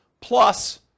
plus